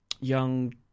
young